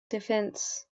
defense